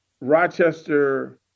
Rochester